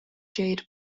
jade